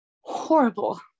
horrible